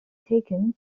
taken